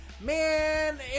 Man